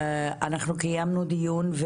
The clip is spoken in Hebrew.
אנחנו קיימנו דיון.